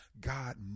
God